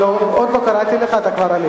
הצעת החוק לא התקבלה.